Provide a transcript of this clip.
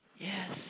Yes